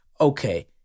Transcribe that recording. okay